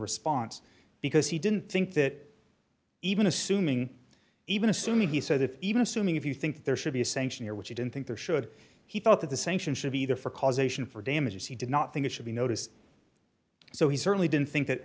response because he didn't think that even assuming even assuming he said if even assuming if you think there should be a sanction here which he didn't think there should he thought that the sanctions should be there for causation for damages he did not think it should be noticed so he certainly didn't think that